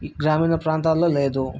ఈ గ్రామీణ ప్రాంతాల్లో లేదు